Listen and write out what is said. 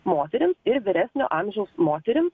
moterim ir vyresnio amžiaus moterim